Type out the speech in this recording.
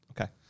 Okay